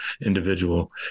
individual